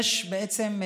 בעצם,